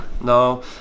no